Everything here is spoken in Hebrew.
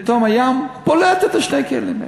פתאום הים פולט את שני הכלים האלה.